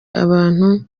abantu